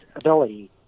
ability